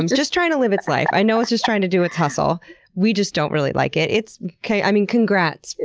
and just trying to live its life. i know it's just trying to do its hustle we just don't really like it. i mean, congrats,